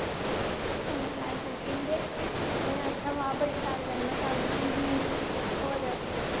इन्ने शैल कुकिंग दे उ'नें आक्खेआ वाह् बड़े शैल राजमा चावल बनान्नी होन्नी होर